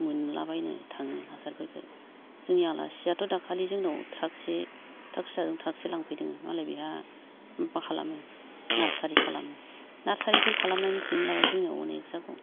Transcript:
मोनला बायनो थाङो हासारफोरखो जोंनि आलासिआथ' दाखालि जोंनाव ट्राकसे ट्राक फिसाजों ट्राखसे लांफैदोङो मालाय बेहा माबा खालामो नारसारि खालामो नारसारिफोर खालामनायनि ट्रेनिं लाब्लाबो जोंनिया अनेख जागौ